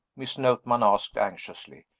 miss notman asked anxiously.